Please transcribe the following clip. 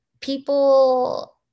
people